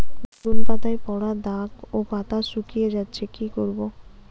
বেগুন পাতায় পড়া দাগ ও পাতা শুকিয়ে যাচ্ছে কি করব?